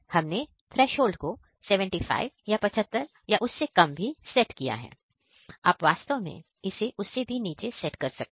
हमने थ्रेशोल्ड को 75 या उससे कम पर सेट किया है आप वास्तव में इसे उससे भी नीचे सेट कर सकते हैं